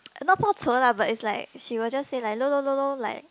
not lah but it's like she will just say like lololo like